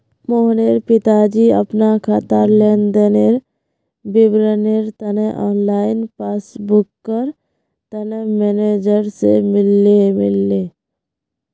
मनोहरेर पिताजी अपना खातार लेन देनेर विवरनेर तने ऑनलाइन पस्स्बूकर तने मेनेजर से मिलले